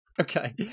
Okay